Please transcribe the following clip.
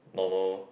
normal